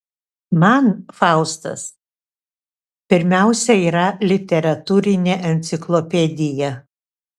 man faustas pirmiausia yra literatūrinė enciklopedija